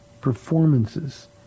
performances